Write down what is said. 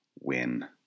win